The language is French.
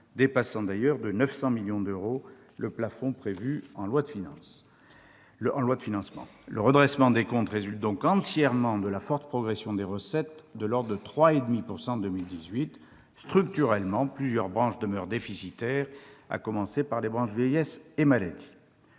dépassant de 900 millions d'euros le plafond prévu en loi de financement. Le redressement des comptes résulte donc entièrement de la forte progression des recettes de l'ordre de 3,5 % en 2018. Structurellement, plusieurs branches demeurent déficitaires, à commencer par les branches vieillesse et maladie.